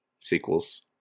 Sequels